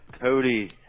Cody